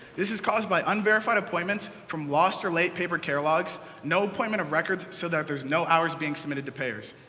this is caused by unverified appointments from lost or late paper care logs, no appointment of records so that there's no ours being submitted to payers.